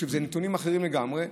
אלה נתונים אחרים לגמרי.